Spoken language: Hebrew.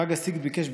חג הסיגד ביקש,